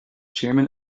chairman